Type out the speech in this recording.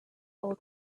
old